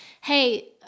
hey –